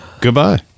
goodbye